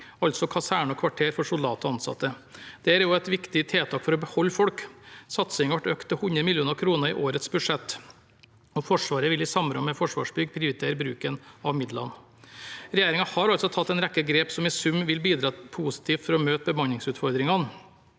altså kaserner og kvarter for soldater og ansatte. Dette er også et viktig tiltak for å beholde folk. Satsingen ble økt til 100 mill. kr i årets budsjett. Forsvaret vil i samråd med Forsvarsbygg prioritere bruken av midlene. Regjeringen har altså tatt en rekke grep som i sum vil bidra positivt til å møte bemanningsutfordringene.